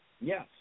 Yes